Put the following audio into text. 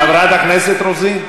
חברת הכנסת רוזין.